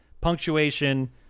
punctuation